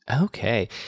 Okay